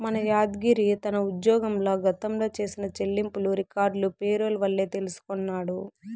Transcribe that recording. మన యాద్గిరి తన ఉజ్జోగంల గతంల చేసిన చెల్లింపులు రికార్డులు పేరోల్ వల్లే తెల్సికొన్నాడు